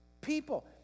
people